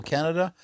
Canada